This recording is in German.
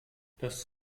das